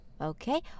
Okay